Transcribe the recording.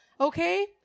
Okay